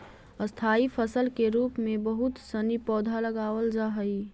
स्थाई फसल के रूप में बहुत सनी पौधा लगावल जा हई